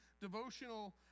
devotional